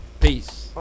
Peace